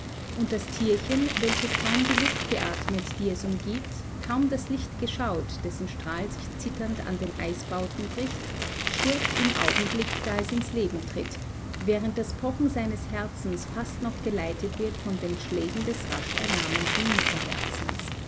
und das tierchen welches kaum die luft geatmet die es umgibt kaum das licht geschaut dessen strahl sich zitternd an den eisbauten bricht stirbt im augenblick da es ins leben tritt während das pochen seines herzens fast noch geleitet wird von den schlägen des rasch erlahmenden